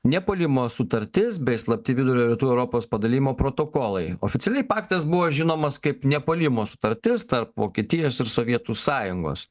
nepuolimo sutartis bei slapti vidurio rytų europos padalijimo protokolai oficialiai paktas buvo žinomas kaip nepuolimo sutartis tarp vokietijos ir sovietų sąjungos